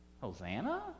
Hosanna